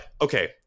Okay